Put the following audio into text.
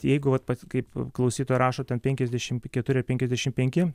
tai jeigu vat kaip klausytoja rašo ten penkiasdešimt keturi ar penkiasdešimt penki